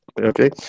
Okay